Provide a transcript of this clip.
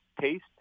taste